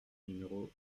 numéro